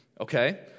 Okay